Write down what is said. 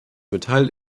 metall